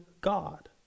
God